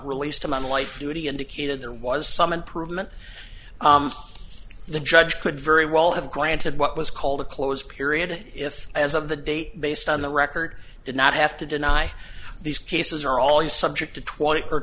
released him on life duty indicated there was some improvement the judge could very well have granted what was called a close period if as of the date based on the record i did not have to deny these cases are always subject to twenty or